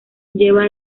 lleva